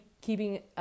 keeping